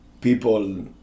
people